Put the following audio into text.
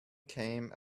came